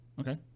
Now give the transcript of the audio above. okay